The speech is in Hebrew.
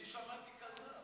אני שמעתי קרנף.